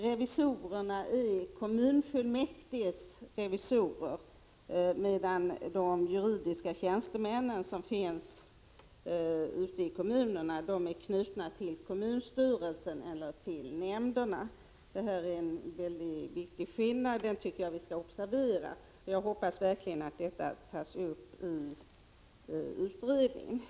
Revisorerna är kommunfullmäktiges revisorer, medan de juridiska tjänstemän som finns ute i kommunerna är knutna till kommunstyrelsen eller nämnderna. Det är en mycket väsentlig skillnad, som jag tycker att vi skall observera. Jag hoppas verkligen att denna fråga tas upp i utredningen. Prot.